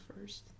first